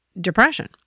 depression